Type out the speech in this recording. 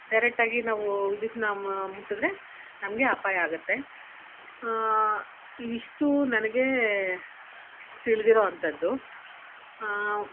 direct ಆಗಿ ನಾವು ವಿದ್ಯುತ್ತನ್ನ ಮುಟ್ಟಿದ್ರೆ ನಮಗೆ ಅಪಾಯ ಆಗುತ್ತೆ ಇವಿಷ್ಟು ನನಗೆ ತಿಳಿದಿರೋವಂಥದ್ದು